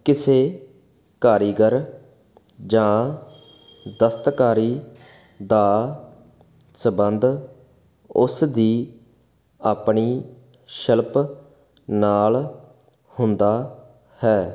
ਕਿਸੇ ਕਾਰੀਗਰ ਜਾਂ ਦਸਤਕਾਰੀ ਦਾ ਸੰਬੰਧ ਉਸ ਦੀ ਆਪਣੀ ਸ਼ਿਲਪ ਨਾਲ ਹੁੰਦਾ ਹੈ